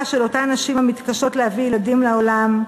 של אותן נשים המתקשות להביא ילדים לעולם,